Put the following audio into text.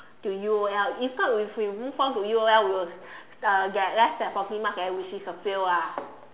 to U_O_L if not if we move on to U_O_L we will uh get less than forty marks there which is a fail ah